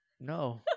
No